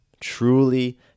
truly